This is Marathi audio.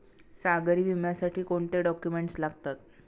सागरी विम्यासाठी कोणते डॉक्युमेंट्स लागतात?